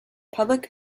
public